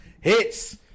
hits